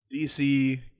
DC